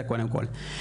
זה קודם כל.